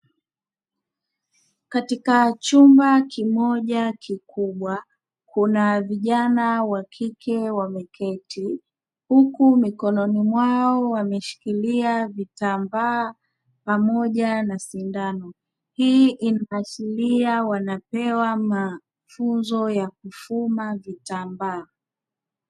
Katika chumba kimoja kikubwa kuna vijana wa kike wameketi, huku mikononi mwao wameshikilia vitambaa pamoja na sindano; hii inaashiria wanapewa mafunzo ya kufuma vitambaa.